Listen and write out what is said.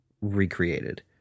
recreated